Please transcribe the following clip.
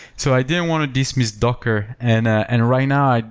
so i didn't want to dismiss docker. and ah and right now,